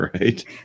Right